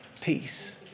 peace